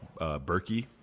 Berkey